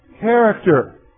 Character